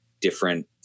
different